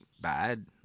bad